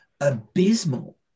abysmal